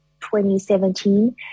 2017